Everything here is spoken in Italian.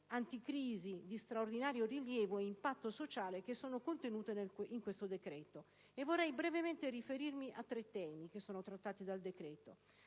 anticrisi di straordinario rilievo e impatto sociale che sono contenute in questo decreto. Vorrei brevemente riferirmi a tre temi trattati dal